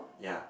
ya